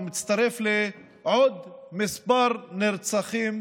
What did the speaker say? והוא מצטרף לעוד מספר נרצחים